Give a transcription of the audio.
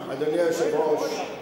אדוני היושב-ראש,